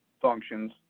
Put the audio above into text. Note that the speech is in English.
functions